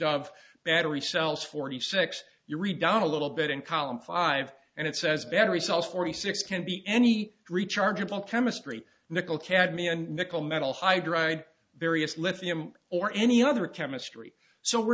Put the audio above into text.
of battery cells forty six you read down a little bit in column five and it says better results forty six can be any rechargeable chemistry nickel cadmium nickel metal hydride various lithium or any other chemistry so we're